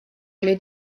oli